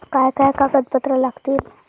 काय काय कागदपत्रा लागतील?